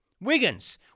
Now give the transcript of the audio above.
Wiggins